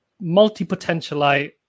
multi-potentialite